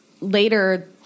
later